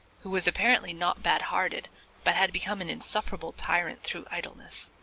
who was apparently not bad-hearted but had become an insufferable tyrant through idleness.